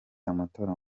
amatora